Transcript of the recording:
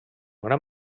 gran